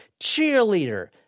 Cheerleader